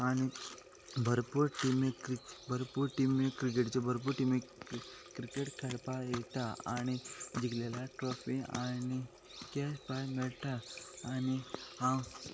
आनी भरपूर टिमी क्रिक भरपूर टिमी क्रिकेट्यो भरपूर टिमी क्रिकेट खेळपाक येता आनी जिखल्यार ट्रोफी आनी कॅश प्रायज मेळटा आनी हांव